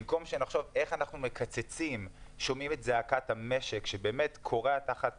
אנחנו שומעים את זעקת המשק שבאמת כורע תחת